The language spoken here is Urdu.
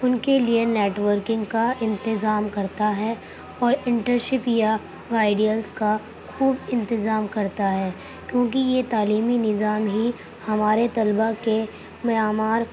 ان کے لیے نیٹورکنگ کا انتظام کرتا ہے اور انٹرشپ یا آئیڈیاز کا خوب انتظام کرتا ہے کیوںکہ یہ تعلیمی نظام ہی ہمارے طلبہ کے معمار